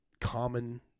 common